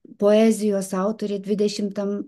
poezijos autorė dvidešimtam